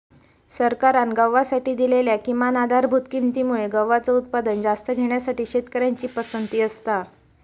सरकारान गव्हासाठी दिलेल्या किमान आधारभूत किंमती मुळे गव्हाचा उत्पादन जास्त घेण्यासाठी शेतकऱ्यांची पसंती असता